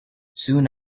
soon